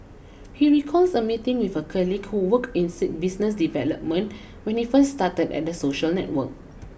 he recalls a meeting with a colleague who worked in business development when he first started at the social network